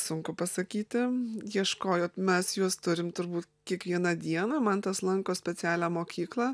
sunku pasakyti ieškojot mes juos turim turbūt kiekvieną dieną mantas lanko specialią mokyklą